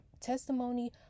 testimony